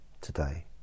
today